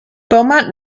beaumont